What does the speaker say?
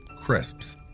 crisps